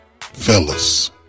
Fellas